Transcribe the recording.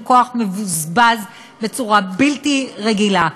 הוא כוח מבוזבז בצורה בלתי רגילה.